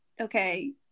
okay